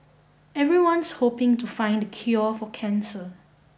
everyone's hoping to find the cure for cancer